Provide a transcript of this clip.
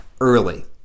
early